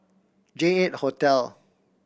J Eight Hotel